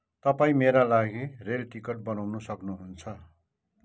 तपाईँ मेरा लागि रेल टिकट बनाउन सक्नुहुन्छ